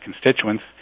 constituents